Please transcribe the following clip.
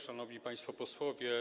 Szanowni Państwo Posłowie!